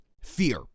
fear